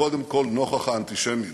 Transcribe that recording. קודם כול נוכח האנטישמיות.